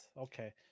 Okay